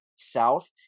South